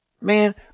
Man